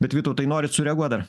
bet vytautai norit sureaguot dar